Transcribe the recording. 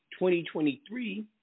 2023